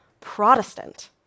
Protestant